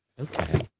okay